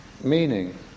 meaning